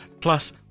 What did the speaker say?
Plus